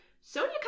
Sonia